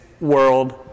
world